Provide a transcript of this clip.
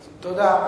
תודה.